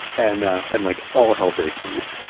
and ah and like all hell breaks loose.